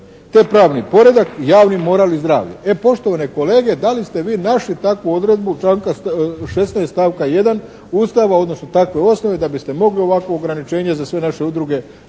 te pravni poredak, javni moral i zdravlje". E poštovane kolege da li ste vi našli takvu odredbu članka 16. stavka 1. Ustava, odnosno takve osnove, da biste mogli ovakvo ograničenje za sve naše udruge propisati